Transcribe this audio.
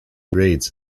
grades